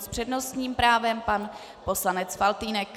S přednostním právem pan poslanec Faltýnek.